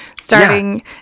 starting